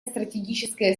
стратегическая